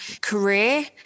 career